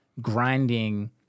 grinding